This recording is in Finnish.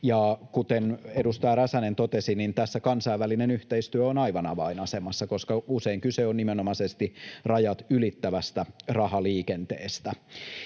Kuten edustaja Räsänen totesi, tässä kansainvälinen yhteistyö on aivan avainasemassa, koska usein kyse on nimenomaisesti rajat ylittävästä rahaliikenteestä.